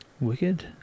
Wicked